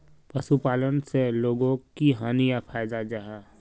पशुपालन से लोगोक की हानि या फायदा जाहा?